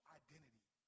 identity